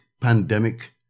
pandemic